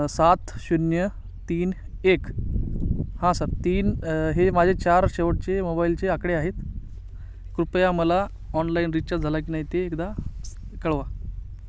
सात शून्य तीन एक हा सर तीन हे माझे चार शेवटचे मोबाईलचे आकडे आहेत कृपया मला ऑनलाईन रिचार्ज झाला की नाही ते एकदा कळवा